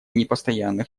непостоянных